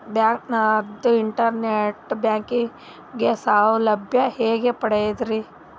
ಬ್ಯಾಂಕ್ದಾಗ internet banking ಸೌಲಭ್ಯ ಹೆಂಗ್ ಪಡಿಯದ್ರಿ?